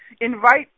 invite